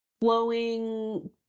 flowing